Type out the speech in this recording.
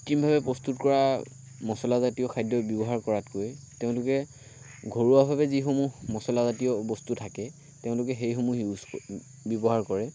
কৃত্ৰিমভাৱে প্ৰস্তুত কৰা মচলাজাতীয় খাদ্য ব্যৱহাৰ কৰাতকৈ তেওঁলোকে ঘৰুৱাভাৱে যিসমূহ মচলাজাতীয় বস্তু থাকে তেওঁলোকে সেইসমূহ ইউজ ব্যৱহাৰ কৰে